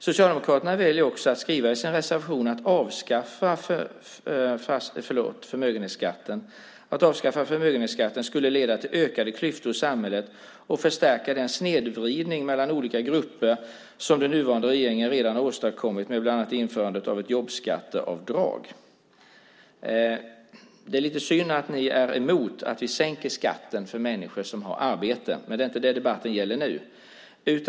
Socialdemokraterna väljer också att skriva i sin reservation: Att avskaffa förmögenhetsskatten skulle leda till ökade klyftor i samhället och förstärka den snedvridning mellan olika grupper som den nuvarande regeringen redan har åstadkommit med bland annat införandet av ett jobbskatteavdrag. Det är lite synd att ni är emot att vi sänker skatten för människor som har arbete, men det är inte det som debatten gäller nu.